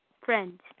friends